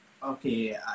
Okay